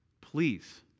Please